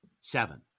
seven